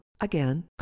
Again